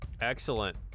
excellent